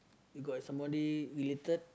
you got somebody related